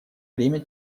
время